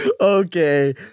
Okay